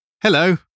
Hello